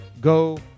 Go